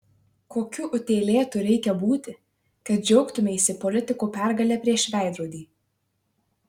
kokiu utėlėtu reikia būti kad džiaugtumeisi politiko pergale prieš veidrodį